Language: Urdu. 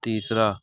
تیسرا